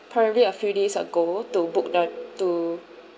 probably a few days ago to book the to